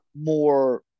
more